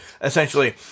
essentially